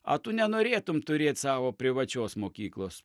a tu nenorėtum turėt savo privačios mokyklos